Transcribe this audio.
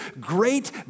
great